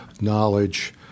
knowledge